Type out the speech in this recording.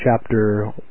chapter